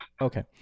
Okay